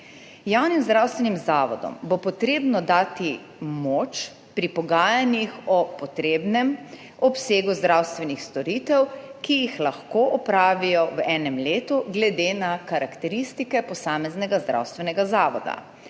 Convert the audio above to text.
Javnim zdravstvenim zavodom bo potrebno dati moč pri pogajanjih o potrebnem obsegu zdravstvenih storitev, ki jih lahko opravijo v enem letu glede na karakteristike posameznega zdravstvenega zavoda.